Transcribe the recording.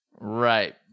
right